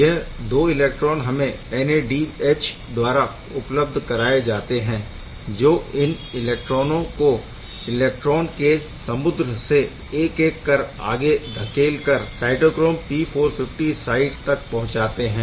यह 2 इलेक्ट्रॉन हमें NADH द्वारा उपलब्ध कराए जाते है जो इन इलेक्ट्रॉनों को इलेक्ट्रॉन के समुद्र से एक एक कर आगे धकेल कर साइटोक्रोम P450 साइट तक पहुँचाते है